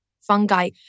fungi